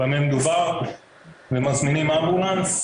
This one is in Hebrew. במה מדובר ומזמינים אמבולנס,